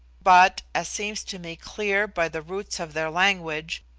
but, as seems to me clear by the roots of their language,